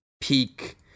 peak